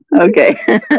Okay